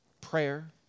Prayer